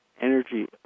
energy